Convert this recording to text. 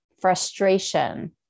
frustration